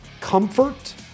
comfort